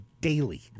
daily